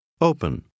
Open